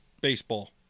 Baseball